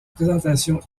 présentation